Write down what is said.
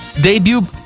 debut